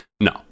No